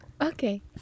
Okay